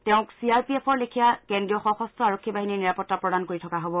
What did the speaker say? তেওঁক C R P এফৰ লেখীয়া কেন্দ্ৰীয় সশস্ত্ৰ আৰক্ষী বাহিনীৰ নিৰাপত্তা প্ৰদান কৰি থকা হ'ব